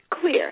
clear